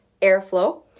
airflow